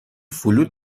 فلوت